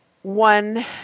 One